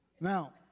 Now